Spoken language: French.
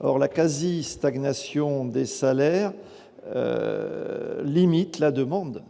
La quasi-stagnation des salaires limite la demande,